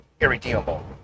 irredeemable